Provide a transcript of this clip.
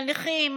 לנכים,